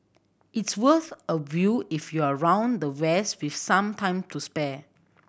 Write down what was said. it's worth a view if you're around the west with some time to spare